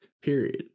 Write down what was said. Period